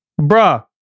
Bruh